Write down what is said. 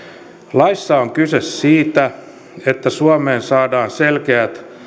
laissa on kyse siitä että suomeen saadaan selkeät